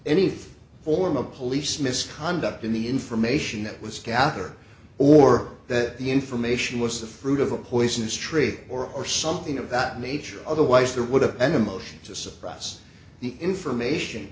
any form of police misconduct in the information that was gather or that the information was the fruit of a poisonous tree or something of that nature otherwise there would have and a motion to suppress the information